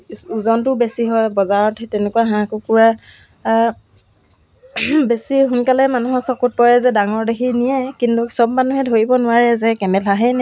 চিলাই কাম বহুতখিনিয়ে পাৰিলোঁ কৰিবলৈ তেতিয়া মই ৰুমাল গাৰু কভাৰ তাৰপিছত বিছনা চাদৰ এইবিলাক বনাইছিলোঁ